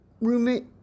roommate